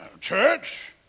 Church